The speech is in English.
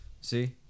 See